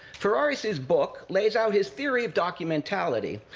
ferraris's book lays out his theory of documentality,